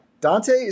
Dante